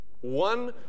One